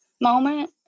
moment